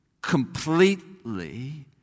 completely